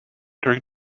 during